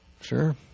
Sure